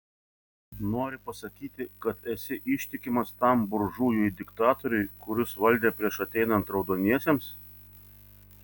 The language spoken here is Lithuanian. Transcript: nori pasakyti kad esi ištikimas tam buržujui diktatoriui kuris valdė prieš ateinant raudoniesiems